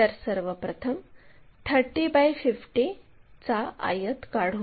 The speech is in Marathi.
तर सर्वप्रथम 30 बाय 50 आयत काढू